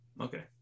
okay